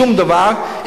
לשום דבר,